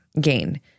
gain